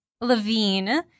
Levine